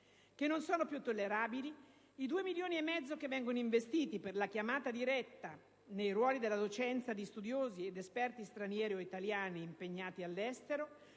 che non sono più tollerabili, i 2,5 milioni che vengono investiti per la chiamata diretta nei ruoli della docenza di studiosi ed esperti stranieri o italiani impegnati all'estero